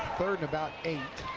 third and about eight.